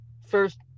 first